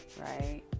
right